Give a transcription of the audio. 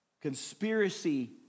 conspiracy